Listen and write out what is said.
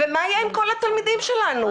ומה יהיה עם כל התלמידים שלנו?